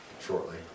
shortly